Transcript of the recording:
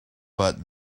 but